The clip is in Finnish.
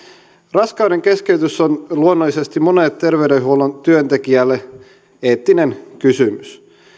raskaudenkeskeytys on luonnollisesti monelle terveydenhuollon työntekijälle eettinen kysymys